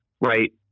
right